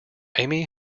amy